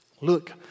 look